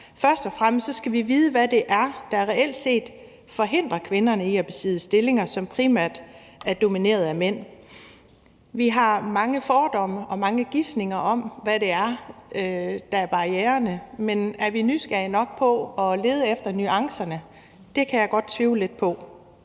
Først og fremmest skal vi vide, hvad det er, der reelt set forhindrer kvinderne i at besidde stillinger, som primært er domineret af mænd. Vi har mange fordomme og mange gisninger om, hvad barriererne er, men er vi nysgerrige nok i forhold til at lede efter nuancerne? Det kan jeg godt tvivle lidt på.